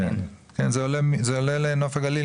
עולה לנוף הגליל